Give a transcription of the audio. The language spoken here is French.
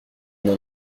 n’en